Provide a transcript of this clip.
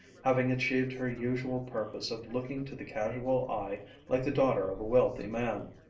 having achieved her usual purpose of looking to the casual eye like the daughter of a wealthy man.